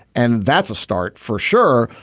and that's a start for sure.